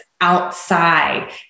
outside